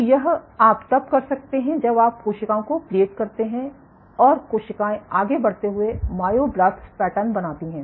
तो यह आप तब कर सकते जब आप कोशिकाओं को प्लेट करते है और कोशिकाएं आगे बढ़ते हुये मायोब्लास्ट्स पैटर्न बनाती हैं